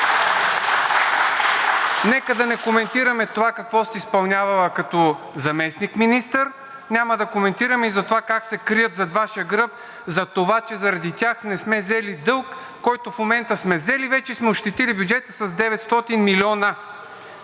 нека да не коментираме това какво сте изпълнявали като заместник-министър, няма да коментираме и това как се крият зад Вашия гръб за това, че заради тях не сме взели дълг, който в момента сме взели вече, и сме ощетили бюджета с 900 милиона.